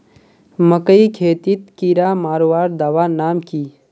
मकई खेतीत कीड़ा मारवार दवा नाम की?